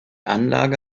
anlage